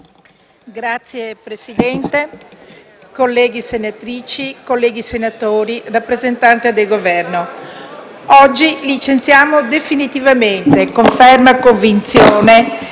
Signor Presidente, colleghe senatrici, colleghi senatori, rappresentante del Governo, oggi licenziamo definitivamente, con ferma convinzione,